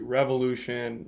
revolution